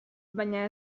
baina